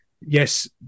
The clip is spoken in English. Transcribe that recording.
yes